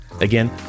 Again